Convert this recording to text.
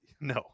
No